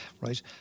right